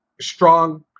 strong